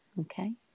okay